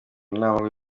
inama